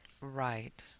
right